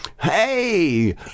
Hey